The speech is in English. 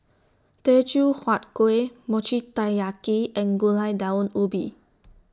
Teochew Huat Kuih Mochi Taiyaki and Gulai Daun Ubi